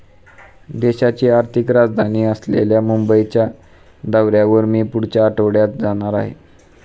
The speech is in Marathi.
देशाची आर्थिक राजधानी असलेल्या मुंबईच्या दौऱ्यावर मी पुढच्या आठवड्यात जाणार आहे